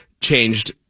changed